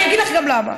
אני אגיד לך גם למה,